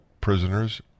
prisoners